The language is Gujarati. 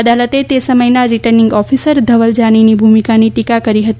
અદાલતે તે સમયના રીટર્નિંગ ઓફિસર ધવલ જાનીની ભૂમિકાની ટીકા કરી હતી